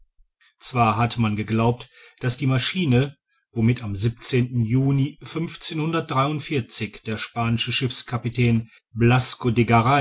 zwar hat man geglaubt daß die maschine womit am juni der spanische